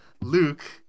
Luke